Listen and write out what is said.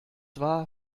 war